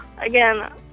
Again